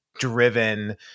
driven